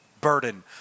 burden